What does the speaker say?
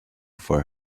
for